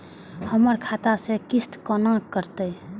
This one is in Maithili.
हमर खाता से किस्त कोना कटतै?